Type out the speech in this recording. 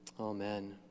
Amen